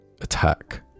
attack